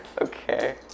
Okay